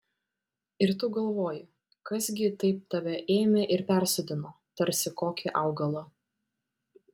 ir tu galvoji kas gi taip tave ėmė ir persodino tarsi kokį augalą